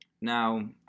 now